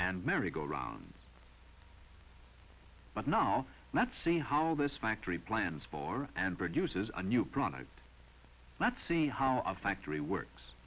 and merry go round but now let's see how this factory plans for and produces a new product let's see how a factory works